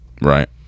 right